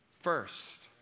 first